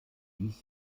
dies